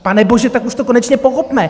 Panebože, tak už to konečně pochopme!